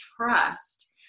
trust